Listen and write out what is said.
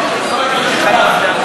ולא את השיטה.